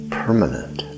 permanent